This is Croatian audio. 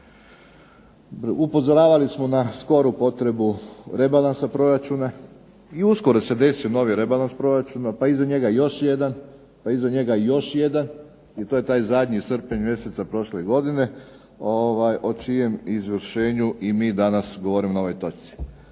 upozoravali smo na skoru potrebu rebalansa proračuna i uskoro se desio novi rebalans proračuna, pa iza njega još jedan, pa iza njega još jedan, i to je zadnji srpanj mjeseca prošle godine, o čijem izvršenju i mi danas govorimo na ovoj točci.